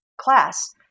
class